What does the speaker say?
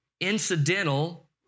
incidental